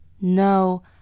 No